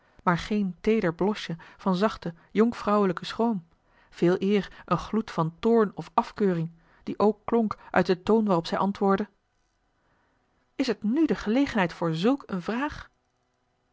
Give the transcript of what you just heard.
maar geen teeder blosje van zachten jonkvrouwelijken schroom veeleer een gloed van toorn of afkeuring die ook klonk uit den toon waarop zij antwoordde is t nu de gelegenheid voor zulk eene vraag